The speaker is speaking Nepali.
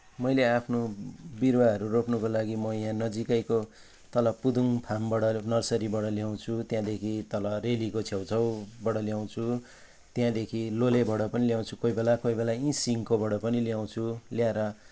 मैले आफ्नो बिरुवाहरू रोप्नुको लागि म यहाँ नजिकैको तल पुदुङ फार्मबाट नर्सरीबाट ल्याउँछु त्यँहादेखि तल रेलीको छेउछाउबाट ल्याउँछु त्यहाँदेखि लोलेबाट पनि ल्याउँछु कोहीबेला कोहीबेला यहीँ सिन्कोबाट पनि ल्याउँछु ल्याएर